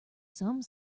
some